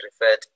referred